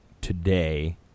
today